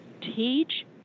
Teach